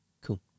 Cool